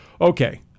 Okay